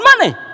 money